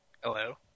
Hello